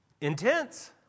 Intense